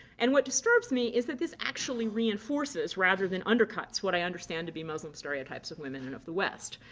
and what disturbs me is that this actually reinforces rather than undercuts what i understand to be muslim stereotypes of women and of the west.